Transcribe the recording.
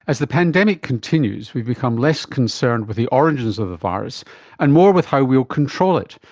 as the pandemic continues, we become less concerned with the origins of the virus and more with how we will control it.